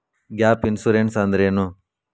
Gap insurance ಅಂದ್ರೇನು?